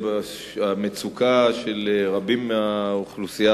בעניין המצוקה של רבים מהאוכלוסייה